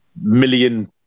million